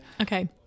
Okay